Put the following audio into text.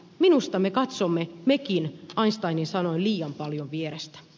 minusta me katsomme mekin einsteinin sanoin liian paljon vierestä